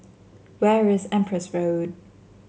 where is Empress Road